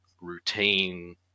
routine